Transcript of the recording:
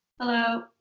Hello